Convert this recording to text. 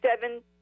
seven